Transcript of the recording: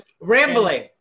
rambling